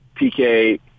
PK